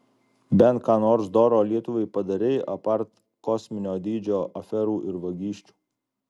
bent ką nors doro lietuvai padarei apart kosminio dydžio aferų ir vagysčių